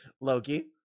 Loki